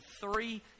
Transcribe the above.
three